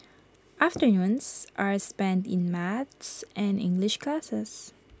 afternoons are spent in maths and English classes